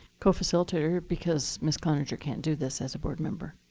co-facilitator because ms. cloninger can't do this as a board member,